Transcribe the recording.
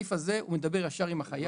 הסעיף הזה מדבר ישר עם החייב.